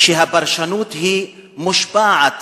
שהפרשנות מושפעת,